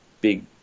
big